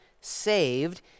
saved